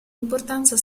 importanza